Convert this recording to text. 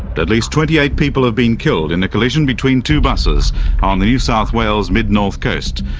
but at least twenty eight people have been killed in a collision between two buses on the new south wales mid-north coast.